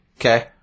okay